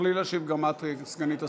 תוכלי להשיב גם את, סגנית השר.